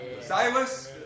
Silas